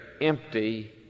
empty